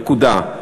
נקודה.